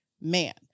man